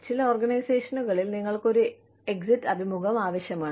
ചില ഓർഗനൈസേഷനുകളിൽ നിങ്ങൾക്ക് ഒരു എക്സിറ്റ് അഭിമുഖം ആവശ്യമാണ്